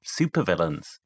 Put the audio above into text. supervillains